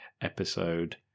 Episode